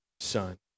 son